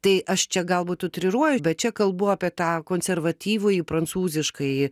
tai aš čia galbūt utriruoju bet čia kalbu apie tą konservatyvųjį prancūziškąjį